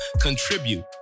contribute